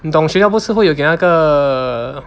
你懂学校不是会有给那个